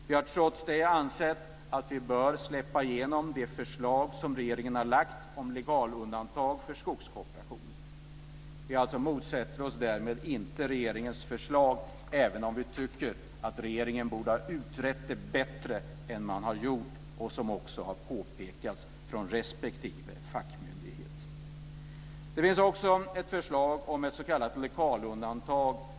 Vi har trots detta ansett att vi bör släppa igenom det förslag som regeringen har lagt fram om legalundantag för skogskooperationen. Vi motsätter oss därmed inte regeringens förslag, även om vi tycker att regeringen borde ha utrett det bättre än vad man har gjort, vilket också har påpekats av respektive fackmyndighet. Det finns också ett förslag från regeringen om ett s.k. legalundantag.